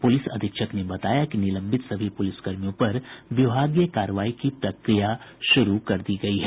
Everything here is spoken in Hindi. पुलिस अधीक्षक ने बताया कि निलंबित सभी पुलिस कर्मियों पर विभागीय कार्रवाई की प्रक्रिया शुरू कर दी गयी है